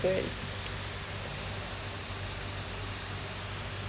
great